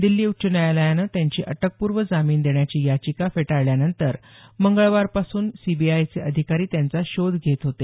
दिल्ली उच्च न्यायालयानं त्यांची अटकपूर्व जामिन देण्याची याचिका फेटाळल्यानंतर मंगळवारपासून सीबीआयचे अधिकारी त्यांचा शोध घेत होते